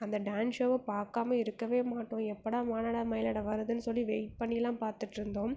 அந்த டான்ஸ் ஷோவை பார்க்காம இருக்கவே மாட்டோம் எப்போடா மானாட மயிலாட வருதுன்னு சொல்லி வெய்ட் பண்ணி எல்லாம் பார்த்துட்ருந்தோம்